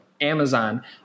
Amazon